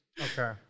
Okay